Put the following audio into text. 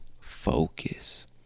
focus